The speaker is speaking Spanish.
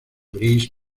gris